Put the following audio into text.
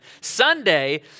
Sunday